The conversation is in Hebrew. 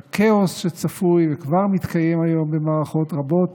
מהכאוס שצפוי וכבר מתקיים היום במערכות רבות,